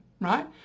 right